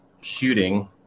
shooting